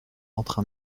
entre